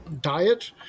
diet